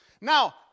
Now